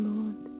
Lord